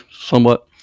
somewhat